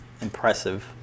impressive